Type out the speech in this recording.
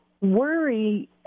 worry